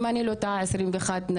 אם אני לא טועה 21 נשים,